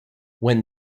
when